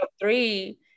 three